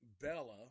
Bella